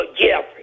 Jeffrey